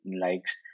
likes